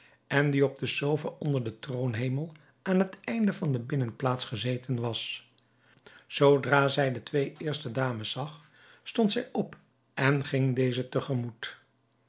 en die op de sofa onder den troonhemel aan het einde van de binnenplaats gezeten was zoodra zij de twee eerste dames zag stond zij op en ging deze